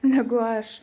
negu aš